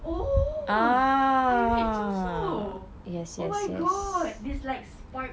oh I read this also oh my god this like spark